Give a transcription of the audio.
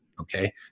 okay